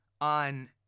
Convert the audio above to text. on